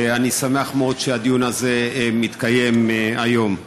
אני שמח מאוד שהדיון הזה מתקיים היום.